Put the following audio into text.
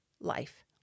life